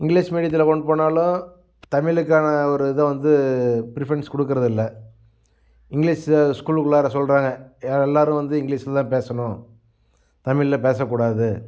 English மீடியத்தில் கொண்டுட்டு போனாலும் தமிழுக்கான ஒரு இதை வந்து ப்ரிஃபரன்ஸ் கொடுக்குறதில்ல இங்கிலிஷ் அதை ஸ்கூல் குள்ளாற சொல்கிறாங்க எல்லாரும் வந்து இங்கிலிஷ்ல தான் பேசணும் தமிழ்ல பேசக்கூடாது